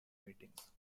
meetings